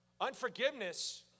unforgiveness